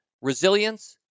resilience